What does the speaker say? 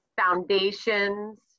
foundations